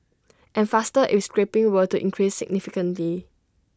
and faster if scrapping were to increase significantly